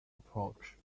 approach